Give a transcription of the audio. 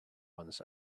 ones